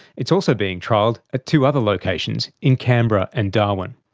it's also being trialled at two other locations, in canberra and darwin.